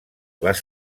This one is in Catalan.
les